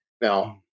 now